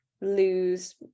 lose